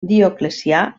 dioclecià